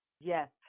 Yes